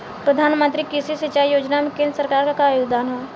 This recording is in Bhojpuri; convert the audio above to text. प्रधानमंत्री कृषि सिंचाई योजना में केंद्र सरकार क का योगदान ह?